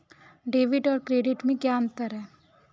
Debit और credit में क्या अंतर है?